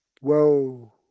Whoa